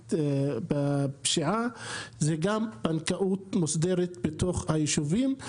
הערבית זה גם בנקאות מוסדרת בתוך היישובים.